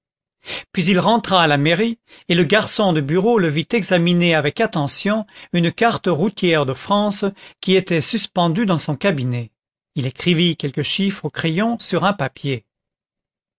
puis il rentra à la mairie et le garçon de bureau le vit examiner avec attention une carte routière de france qui était suspendue dans son cabinet il écrivit quelques chiffres au crayon sur un papier